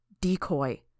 Decoy